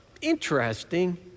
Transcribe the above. interesting